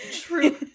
True